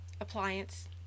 appliance